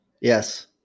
Yes